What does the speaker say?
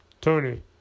Tony